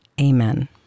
Amen